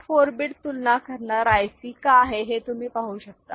हा four bit तुलना करणारा IC का आहे हे तुम्ही पाहू शकता